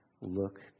Look